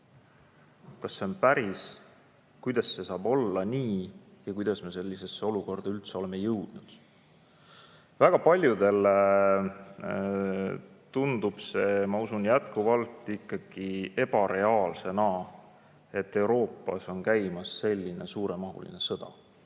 vastu on päris, kuidas see saab olla nii ja kuidas me sellisesse olukorda üldse oleme jõudnud. Väga paljudele tundub see, ma usun, jätkuvalt ikkagi ebareaalne, et Euroopas on käimas suuremahuline sõda.